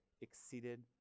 Exceeded